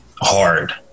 hard